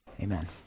Amen